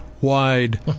wide